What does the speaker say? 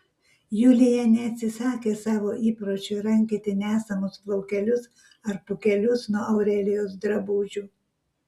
julija neatsisakė savo įpročio rankioti nesamus plaukelius ar pūkelius nuo aurelijos drabužių